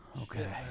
Okay